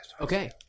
Okay